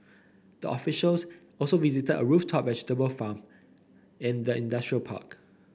the officials also visited a rooftop vegetable farm in the industrial park